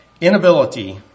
inability